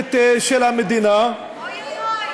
והציונית של המדינה, אוי, אוי, אוי.